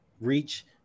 reach